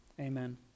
Amen